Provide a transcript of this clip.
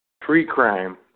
Pre-crime